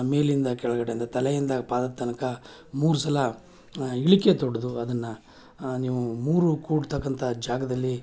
ಮೇಲಿಂದ ಕೆಳಗಡೆಯಿಂದ ತಲೆಯಿಂದ ಪಾದದ ತನಕ ಮೂರು ಸಲ ಇಳಿಕೆ ತೊಡೆದು ಅದನ್ನು ನೀವು ಮೂರು ಕೂಡ್ತಕ್ಕಂಥ ಜಾಗದಲ್ಲಿ